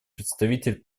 представитель